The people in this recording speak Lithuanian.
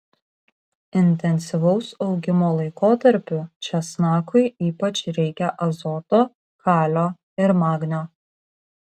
intensyvaus augimo laikotarpiu česnakui ypač reikia azoto kalio ir magnio